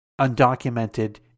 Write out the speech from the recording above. undocumented